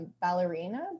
Ballerina